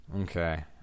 Okay